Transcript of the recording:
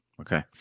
Okay